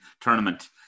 tournament